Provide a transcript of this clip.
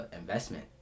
investment